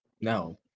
no